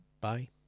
Bye